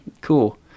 cool